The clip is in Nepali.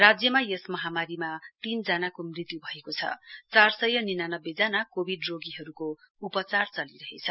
राज्यमा यस महामारीमा तीनजनाको मृत्यु भएको चार सय निनानब्बे जना कोविड रोगीहरूको उपचार चलिरहेछ